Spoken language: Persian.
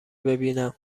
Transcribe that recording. ببینم